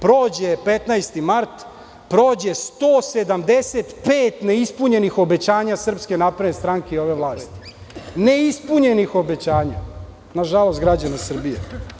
Prođe 15. mart, prođe 175 neispunjenih obećanja SNS i ove vlasti, neispunjenih obećanja nažalost građana Srbije.